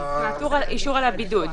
על הבידוד.